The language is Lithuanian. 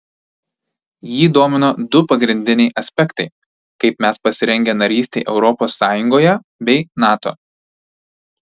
jį domino du pagrindiniai aspektai kaip mes pasirengę narystei europos sąjungoje bei nato